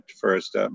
first